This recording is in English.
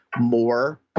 more